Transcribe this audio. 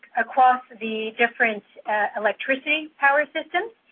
across the difference electricity power system.